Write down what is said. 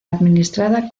administrada